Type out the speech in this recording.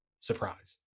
surprise